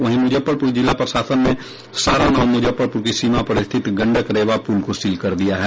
वहीं मुजफ्फरपुर जिला प्रशासन ने सारण और मुजफ्फरपुर की सीमा पर स्थित गंडक रेवा पुल को सील कर दिया है